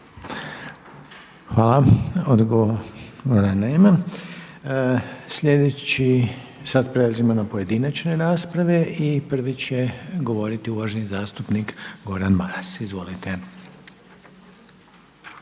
Hvala. Odgovora nema. Sad prelazimo na pojedinačne rasprave i prvi će govoriti uvaženi zastupnik Gordan Maras. Izvolite.